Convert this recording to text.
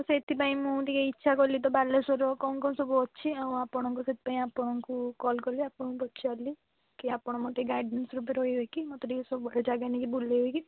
ସେଥିପାଇଁ ମୁଁ ଟିକେ ଇଚ୍ଛା କଲି ତ ବାଲେଶ୍ୱରର କ'ଣ କ'ଣ ସବୁ ଅଛି ଆଉ ଆପଣଙ୍କ ସେଥିପାଇଁ ଆପଣଙ୍କୁ କଲ କଲି ଆପଣଙ୍କୁ ପଚାରିଲି କି ଆପଣ ମତେ ଗାଇଡ଼େନ୍ସ ରୂପ ରହିବେ କି ମତେ ଟିକେ ସବୁ ଜାଗା ନେଇକି ବୁଲେଇବେ କି